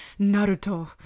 Naruto